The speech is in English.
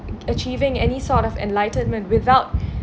achieving any sort of enlightenment without